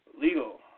legal